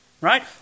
Right